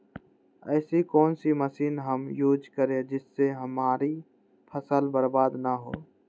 ऐसी कौन सी मशीन हम यूज करें जिससे हमारी फसल बर्बाद ना हो?